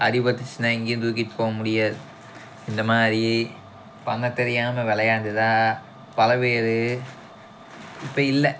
அடிபட்டுச்சுன்னா எங்கேயும் தூக்கிட்டு போகமுடியாது இந்தமாதிரி பண்ண தெரியாமல் விளையாண்டு தான் பல பேர் இப்போ இல்லை